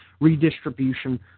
redistribution